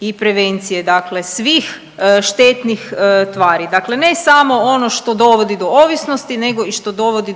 i prevencije dakle svih štetnih tvari, dakle ne samo ono što dovodi do ovisnosti nego i što dovodi